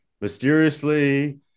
mysteriously